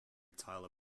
tyler